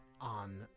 on